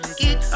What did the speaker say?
get